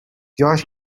جاش